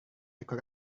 ekor